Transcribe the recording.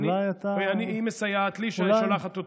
אולי אתה, היא מסייעת לי כשהיא שולחת אותי.